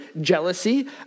jealousy